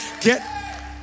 Get